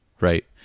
right